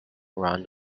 around